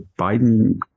Biden